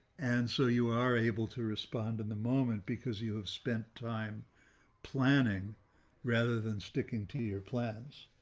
and so you are able to respond in the moment because you have spent time planning rather than sticking to your plans.